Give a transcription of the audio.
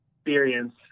experience